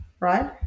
right